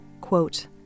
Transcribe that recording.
quote